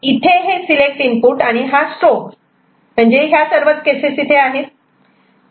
तर इथे हे सिलेक्ट इनपुट आणि हा स्ट्रोब म्हणजे इथे या सर्व केसेस आहेत